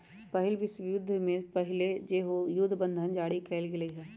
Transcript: पहिल विश्वयुद्ध से पहिले सेहो जुद्ध बंधन जारी कयल गेल हइ